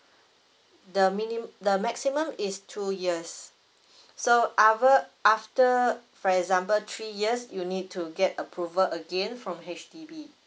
the mini~ the maximum is two years so our after for example three years you need to get approval again from H_D_B